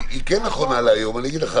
נכון או